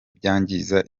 byangiza